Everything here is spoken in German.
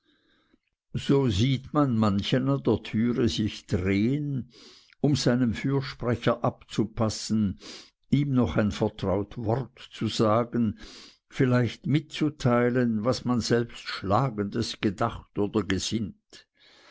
so sieht man manchen an der tür sich drehen um seinem fürsprecher abzupassen ihm noch ein vertraut wort zu sagen vielleicht mitzuteilen was man selbst schlagendes gedacht oder gesinnt